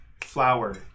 flower